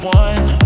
one